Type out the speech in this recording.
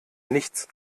nichts